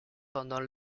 pendant